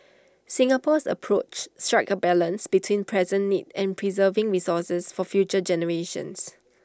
Singapore's approach strikes A balance between present needs and preserving resources for future generations